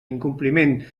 incompliment